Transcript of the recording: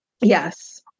yes